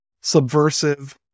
subversive